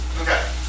Okay